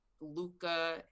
Luca